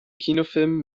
kinofilm